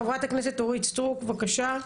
חברת הכנסת אורית סטרוק, בבקשה.